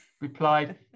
replied